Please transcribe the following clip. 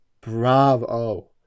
Bravo